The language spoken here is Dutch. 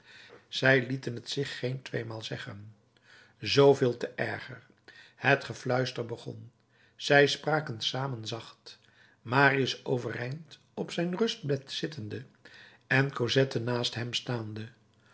zij lieten het zich geen tweemaal zeggen zooveel te erger het gefluister begon zij spraken samen zacht marius overeind op zijn rustbed zittende en cosette naast hem staande